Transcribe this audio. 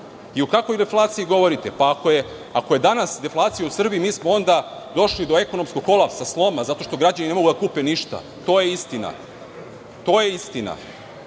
i o kakvoj deflaciji govorite? Ako je danas deflacija u Srbiji, mi smo onda došli do ekonomskog kolapsa, sloma, zato što građani ne mogu da kupe ništa. To je istina. Naravno